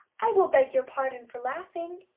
i will beg your pardon for laughing,